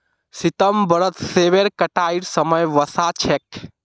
सितंबरत सेबेर कटाईर समय वसा छेक